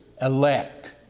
elect